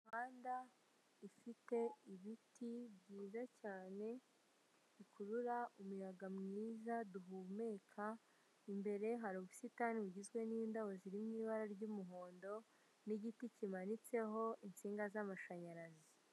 Imihanda ifite ibiti byiza cyane bikurura umuyaga mwiza duhumeka, imbere hari ubusitani bugizwe n'indabo zirimo ibara ry'umuhondo n'igiti kimanitseho insinga z'amashanyarazi.